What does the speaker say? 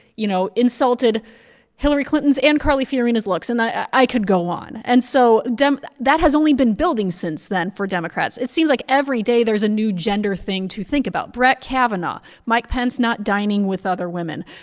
you know, insulted hillary clinton's and carly fiorina's looks and i could go on and so that has only been building since then for democrats. it seems like every day, there's a new gender thing to think about. brett kavanaugh, mike pence not dining with other women,